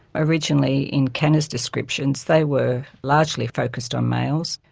originally in kanner's descriptions, they were largely focused on males.